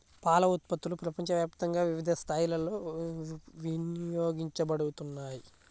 పాల ఉత్పత్తులు ప్రపంచవ్యాప్తంగా వివిధ స్థాయిలలో వినియోగించబడుతున్నాయి